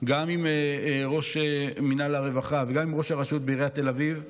גם עם ראש מינהל הרווחה וגם עם ראש הרשות בעיריית תל אביב.